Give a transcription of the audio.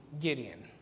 Gideon